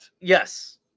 Yes